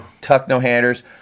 tuck-no-handers